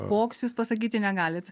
koks jūs pasakyti negalit